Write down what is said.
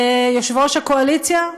יושב-ראש הקואליציה?